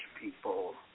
people